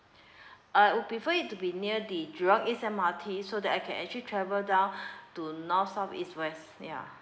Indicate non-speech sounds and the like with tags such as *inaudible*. *breath* I would prefer it to be near the jurong east M_R_T so that I can actually travel down *breath* to north south east west yeah